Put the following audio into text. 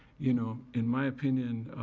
you know, in my opinion,